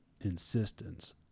insistence